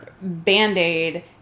Band-Aid